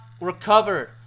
recovered